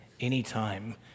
anytime